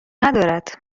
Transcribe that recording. ندارد